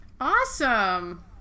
Awesome